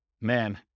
man